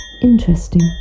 interesting